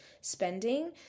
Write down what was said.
spending